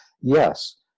yes